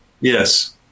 Yes